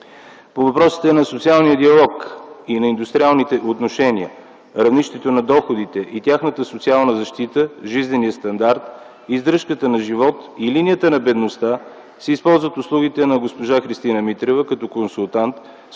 По въпросите на социалния диалог и на индустриалните отношения, равнището на доходите и тяхната социална защита, жизнения стандарт, издръжката на живот и линията на бедността се използват услугите на госпожа Христина Митрева като консултант,